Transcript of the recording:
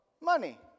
money